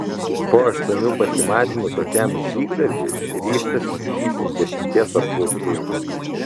po aštuonių pasimatymų tokiam žygdarbiui ryžtasi trys iš dešimties apklaustųjų